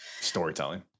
Storytelling